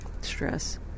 stress